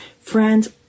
Friends